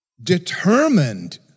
determined